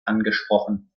angesprochen